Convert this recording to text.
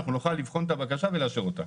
אנחנו נוכל לבחון את הבקשה ולאשר אותה.